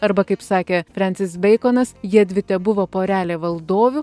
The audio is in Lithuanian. arba kaip sakė frencis beikonas jiedvi tebuvo porelė valdovių